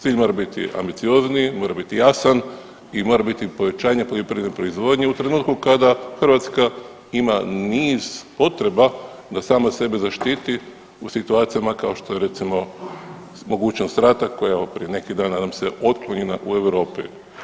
Cilj mora biti ambiciozniji, mora biti jasan i mora biti povećanje poljoprivredne proizvodnje u trenutku kada Hrvatska ima niz potreba da sama sebe zaštiti u situacijama kao što je recimo mogućnost rata koja evo prije neki dan nadam se otklonjena u Europi.